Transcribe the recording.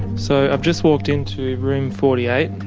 so i've just walked into room forty eight.